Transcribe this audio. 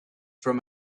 from